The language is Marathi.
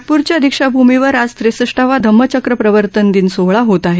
नागप्रच्या दीक्षा भूमीवर आज त्रेसष्ठावा धम्मचक्र प्रवर्तन दिन सोहळा होत आहे